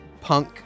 punk